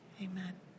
Amen